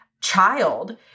child